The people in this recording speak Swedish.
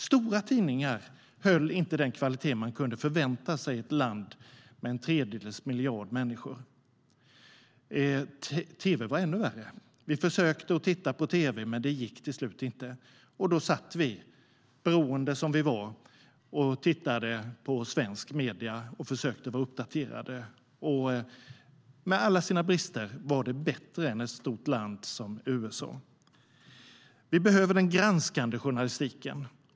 Stora tidningar höll inte den kvalitet man kunde förvänta sig i ett land med en tredjedels miljard människor. Tv var ännu värre. Vi försökte titta på tv, men det gick till slut inte. Då satt vi, beroende som vi var, och tittade på svenska medier och försökte hålla oss uppdaterade. Med alla sina brister var detta bättre än vad som fanns att tillgå i ett stort land som USA. Vi behöver den granskande journalistiken.